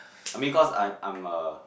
I mean cause I'm I'm a